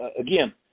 Again